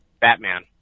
Batman